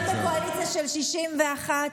גם בקואליציה של 61,